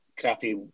crappy